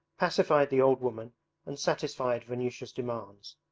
pacified the old woman and satisfied vanyusha's demands.